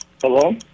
Hello